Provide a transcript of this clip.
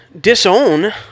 disown